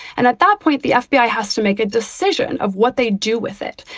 and at that point, the fbi has to make a decision of what they do with it.